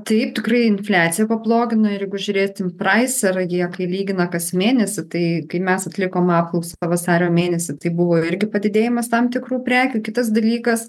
taip tikrai infliacija pablogina ir jeigu kai lygina kas mėnesį tai kai mes atlikom apklausą vasario mėnesį tai buvo irgi padidėjimas tam tikrų prekių kitas dalykas